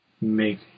make